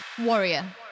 warrior